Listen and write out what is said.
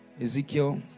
Ezekiel